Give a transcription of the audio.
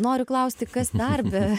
nori klausti kas dar be